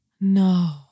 No